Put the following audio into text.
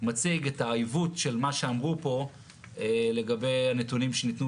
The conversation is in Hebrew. מציג את העיוות של מה שאמרו פה לגבי הנתונים שניתנו